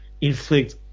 inflict